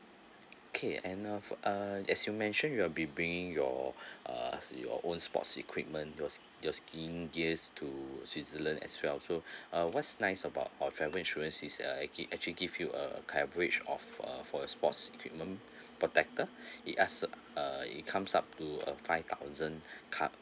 okay and uh of uh as you mentioned you'll be bringing your err your own sports equipment your your skiing gears to switzerland as well so uh what's nice about our travel insurance is uh actually actually give you a coverage of a for a sports equipment protector it ask~ uh it comes up to a five thousand cover~